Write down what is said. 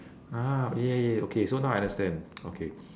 ah ya ya ya okay so now I understand okay